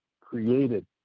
created